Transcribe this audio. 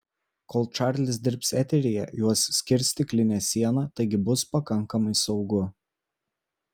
kol čarlis dirbs eteryje juos skirs stiklinė siena taigi bus pakankamai saugu